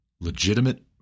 legitimate